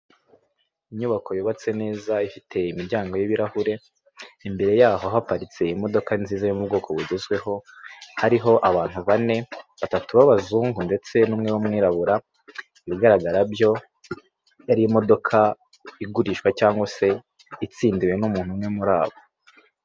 Inyubako yubatse neza ifite imiryango y'ibirahure, imbere yaho haparitse imodoka nziza yo mu bwoko bugezweho, hariho abantu bane, batatu b'abazungu ndetse n'umwe w'umwirabura, ibigaragara byo yari imodoka igurishwa cyangwa se itsindiwe n'umuntu umwe muri abo.